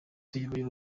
tuyoboye